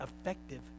effective